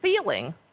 feeling